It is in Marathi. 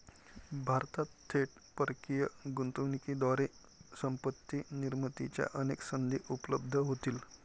भारतात थेट परकीय गुंतवणुकीद्वारे संपत्ती निर्मितीच्या अनेक संधी उपलब्ध होतील